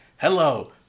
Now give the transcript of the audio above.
Hello